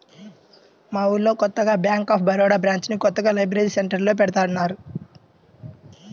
మా ఊళ్ళో కొత్తగా బ్యేంక్ ఆఫ్ బరోడా బ్రాంచిని కొత్తగా లైబ్రరీ సెంటర్లో పెడతన్నారు